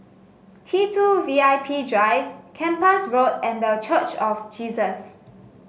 T two V I P Drive Kempas Road and The Church of Jesus